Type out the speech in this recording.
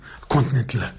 continental